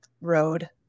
road